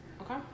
Okay